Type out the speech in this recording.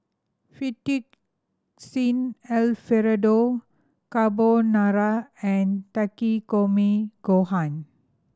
Fettuccine Alfredo Carbonara and Takikomi Gohan